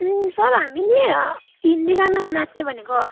sir हामी नि हिन्दी गानामा नाँच्ने भनेको